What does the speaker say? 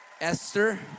Esther